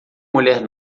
mulher